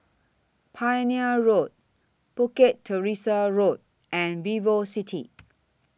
Pioneer Road Bukit Teresa Road and Vivocity